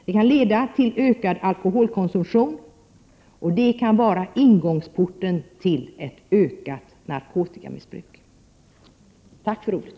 Den kan leda till ökad alkoholkonsumtion, och det kan vara inkörsporten till ett ökat narkotikamissbruk. Tack för ordet!